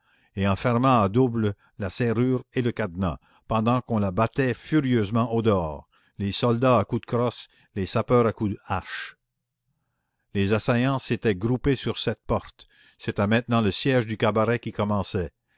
et en ferma à double tour la serrure et le cadenas pendant qu'on la battait furieusement au dehors les soldats à coups de crosse les sapeurs à coups de hache les assaillants s'étaient groupés sur cette porte c'était maintenant le siège du cabaret qui commençait